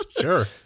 Sure